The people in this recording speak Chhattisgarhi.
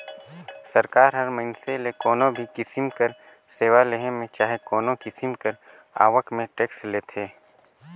सरकार ह मइनसे ले कोनो भी किसिम कर सेवा लेहे में चहे कोनो किसिम कर आवक में टेक्स लेथे